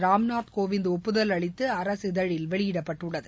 ராம்நாத் கோவிந்த் ஒப்புதல் அளித்து அரசிதழில் வெளியிடப்பட்டுள்ளது